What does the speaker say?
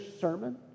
sermon